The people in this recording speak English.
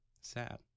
Sad